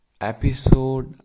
episode